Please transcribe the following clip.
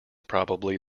probably